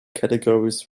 categories